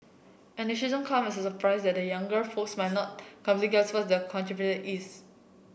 and it shouldn't come as a surprise that the younger folks might not completely grasp what that contraption is